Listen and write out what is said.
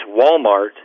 Walmart